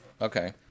Okay